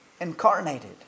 incarnated